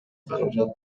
каражат